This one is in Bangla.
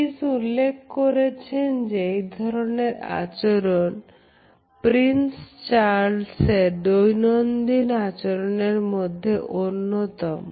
পেশউল্লেখ করেছেন এ ধরনের আচরণ প্রিন্স চার্লসের দৈনন্দিন আচরণের মধ্যে অন্যতম